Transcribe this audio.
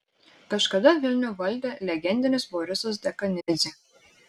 kažkada vilnių valdė legendinis borisas dekanidzė